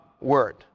word